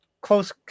close